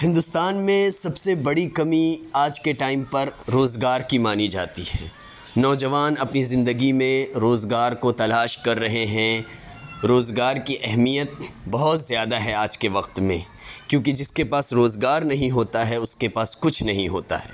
ہندوستان میں سب سے بڑی کمی آج کے ٹائم پر روزگار کی مانی جاتی ہے نوجوان اپنی زندگی میں روزگار کو تلاش کر رہے ہیں روزگار کی اہمیت بہت زیادہ ہے آج کے وقت میں کیونکہ جس کے پاس روزگار نہیں ہوتا ہے اس کے پاس کچھ نہیں ہوتا ہے